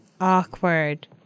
awkward